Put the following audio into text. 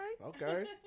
Okay